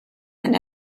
and